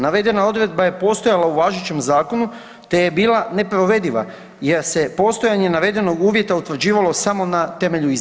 Navedena odredbama je postojala u važećem zakonu te je bila neprovediva jer se postojanje navedenog uvjeta utvrđivalo samo na temelju izjave.